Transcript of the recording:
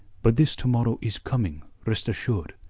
but this to-morrow is coming, rest assured.